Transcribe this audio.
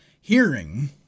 hearing